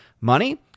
money